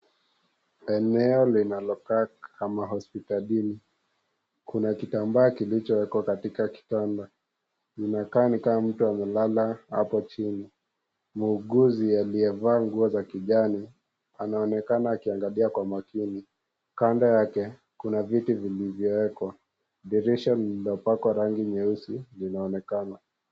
Eneo linalokaa kama hospitalini. Kuna kitambaa kilichowekwa katika kitanda. Kinakaa ni kama mtu amelala hapo chini. Muuguzi aliyevaa nguo za kijani, anaonekana akiangalia kwa makini. Kando yake, kuna viti vilivyoekwa. Dirisha lililopakwa rangi nyeusi inaonekana.